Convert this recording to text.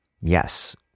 Yes